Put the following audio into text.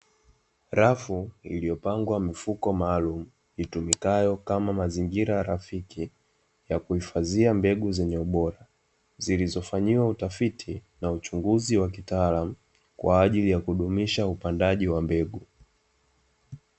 Rafu iliyopangwa mifuko maalumu itumikayo kama mazingira rafiki ya kuhifadhia mimea, zenye ubora zilizofanyiwa utafiti na uchunguzi wa kitaalamu kwa ajili ya kudumisha upandaji wa mbegu.